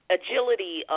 agility